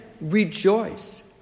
rejoice